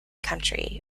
country